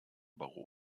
barroso